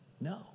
No